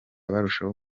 barushaho